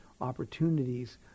opportunities